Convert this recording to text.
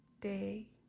day